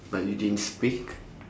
but you didn't speak